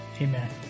Amen